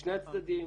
משני הצדדים.